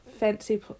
fancy